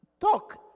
talk